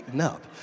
up